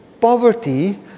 poverty